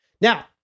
Now